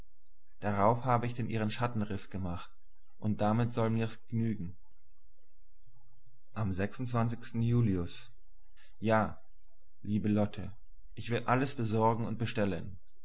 darauf habe ich denn ihren schattenriß gemacht und damit soll mir g'nügen ja liebe lotte ich will alles besorgen und bestellen